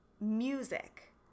music